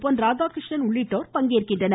பொன் ராதாகிருஷ்ணன் உள்ளிட்டோர் பங்கேற்கின்றனர்